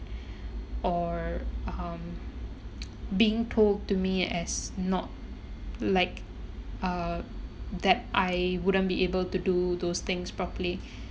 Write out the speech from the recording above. or um being told to me as not like uh that I wouldn't be able to do those things properly